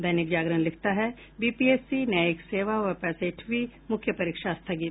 दैनिक जागरण लिखता है बीपीएससी न्यायिक सेवा व पैंसठवीं मुख्य परीक्षा स्थगित